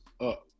up